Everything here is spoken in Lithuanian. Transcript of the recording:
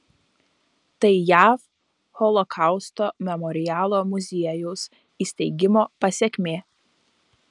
tai jav holokausto memorialo muziejaus įsteigimo pasekmė